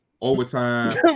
Overtime